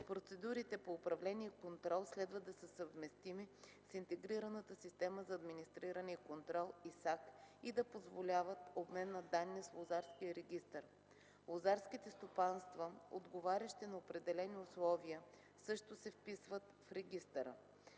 Процедурите по управление и контрол следва да са съвместими с Интегрираната система за администриране и контрол (ИСАК) и да позволяват обмен на данни с лозарския регистър. Лозарските стопанства, отговарящи на определени условия, също се вписват в регистъра.